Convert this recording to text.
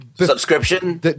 Subscription